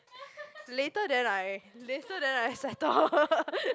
later then I later then I settle